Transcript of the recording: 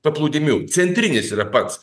paplūdimių centrinis yra pats